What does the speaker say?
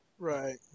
Right